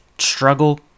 Struggle